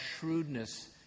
shrewdness